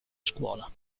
scuola